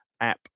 app